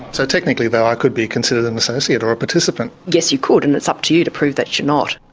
so technically though, i could be considered an associate or a participant? yes, you could, and it's up to you to prove that you're not.